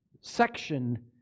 section